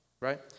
right